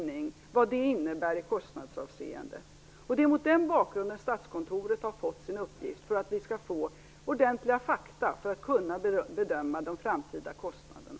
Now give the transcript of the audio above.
Vad det innebär i kostnadshänseende måste också bedömas. Statskontoret har fått sin uppgift för att vi skall få ordentliga fakta för att kunna bedöma de framtida kostnaderna.